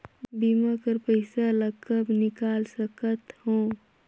बीमा कर पइसा ला कब निकाल सकत हो?